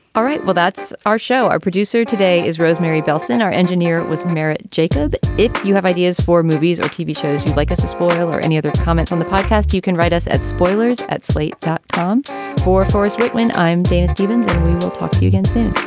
all right. well, that's our show. our producer today is rosemary bellson. our engineer was married. jacob, if you have ideas for movies or tv shows like this or any other comments on the podcast. you can write us at spoilers at slate dot com for forest straight when i'm james gibbons. we'll talk to you again soon